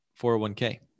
401k